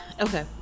okay